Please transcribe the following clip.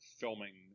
filming